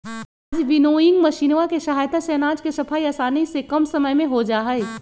आज विन्नोइंग मशीनवा के सहायता से अनाज के सफाई आसानी से कम समय में हो जाहई